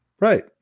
Right